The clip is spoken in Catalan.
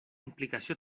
implicació